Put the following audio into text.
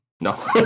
No